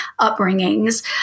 upbringings